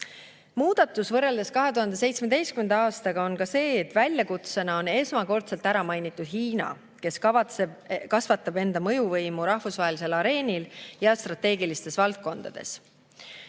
Muudatus võrreldes 2017. aastaga on ka see, et väljakutsena on esmakordselt ära mainitud Hiina, kes kasvatab enda mõjuvõimu rahvusvahelisel areenil ja strateegilistes valdkondades.